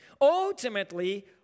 Ultimately